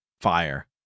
Fire